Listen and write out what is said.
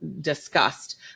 discussed